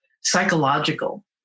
psychological